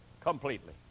completely